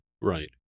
Right